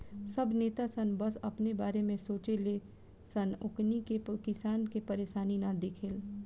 सब नेता सन बस अपने बारे में सोचे ले सन ओकनी के किसान के परेशानी के ना दिखे